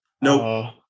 No